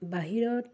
বাহিৰত